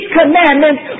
commandments